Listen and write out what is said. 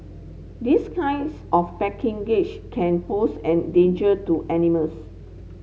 this kinds of packing gage can pose an danger to animals